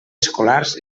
escolars